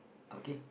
okay